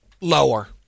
lower